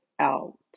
out